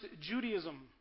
Judaism